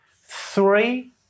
three